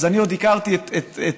אני עוד הכרתי את סבתי,